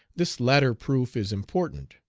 this latter proof is important,